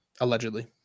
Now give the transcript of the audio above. allegedly